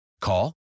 Call